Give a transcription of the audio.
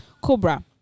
Cobra